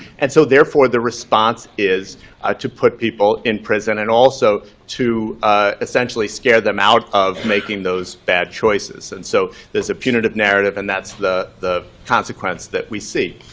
and so therefore the response is to put people in prison, and also to essentially scare them out of making those bad choices. and so there's a punitive narrative, and that's the the consequence that we see.